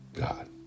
God